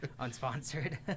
unsponsored